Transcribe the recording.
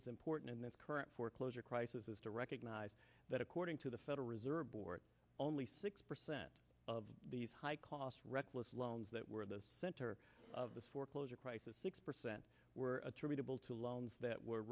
is important in this current foreclosure crisis is to recognize that according to the federal reserve board only six percent of these high cost reckless loans that were in the center of the foreclosure crisis six percent were attributable to loans that were